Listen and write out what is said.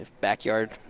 backyard